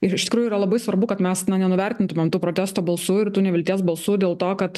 ir iš tikrųjų yra labai svarbu kad mes nenuvertintumėm tų protesto balsų ir tų nevilties balsų dėl to kad